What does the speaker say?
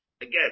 Again